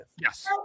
Yes